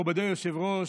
מכובדי היושב-ראש,